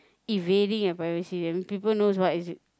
invading your privacy people know what is